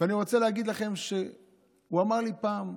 ואני רוצה להגיד לכם שאמרתי לו פעם: